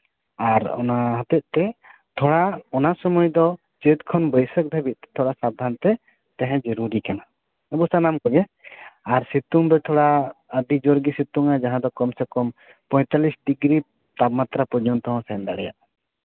ᱟᱨ ᱚᱱᱟ ᱦᱚᱛᱮᱡ ᱛᱮ ᱛᱷᱚᱲᱟ ᱚᱱᱟ ᱥᱚᱢᱚᱭ ᱫᱚ ᱪᱟᱹᱛ ᱠᱷᱚᱱ ᱵᱟᱹᱭᱥᱟᱹᱠᱷ ᱫᱷᱟᱹᱵᱤᱡ ᱛᱮ ᱥᱟᱵᱽᱫᱷᱟᱱ ᱛᱮ ᱛᱟᱦᱮᱸ ᱡᱚᱨᱩᱨᱤ ᱠᱟᱱᱟ ᱚᱱᱟ ᱥᱟᱱᱟᱢ ᱠᱚᱜᱮ ᱟᱨ ᱥᱤᱛᱩᱝ ᱫᱚ ᱛᱷᱚᱲᱟ ᱡᱳᱨ ᱜᱮ ᱥᱤᱛᱩᱝᱟ ᱡᱟᱦᱟᱸ ᱫᱚ ᱠᱚᱢ ᱥᱮ ᱠᱚᱢ ᱯᱚᱸᱭᱛᱟᱞᱞᱤᱥ ᱰᱤᱜᱽᱨᱤ ᱛᱟᱯᱢᱟᱛᱨᱟ ᱦᱚᱸ ᱥᱮᱱ ᱫᱟᱲᱭᱟᱜᱼᱟ